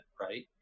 right